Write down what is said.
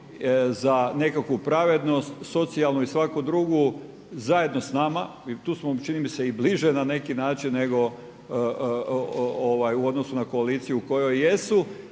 za nekakvu pravednost socijalnu i svaku drugu zajedno s nama i tu smo čini mi se i bliže na neki način nego u odnosu na koaliciju u kojoj jesu